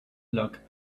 luck